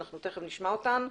אנחנו תיכף נשמע אותן.